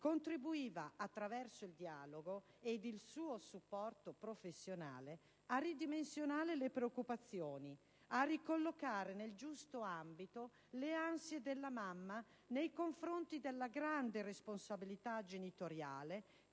contribuiva, attraverso il dialogo ed il suo supporto professionale, a ridimensionare le preoccupazioni, ricollocando nel giusto ambito le ansie della mamma nei confronti della grande responsabilità genitoriale